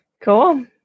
cool